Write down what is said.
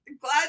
glad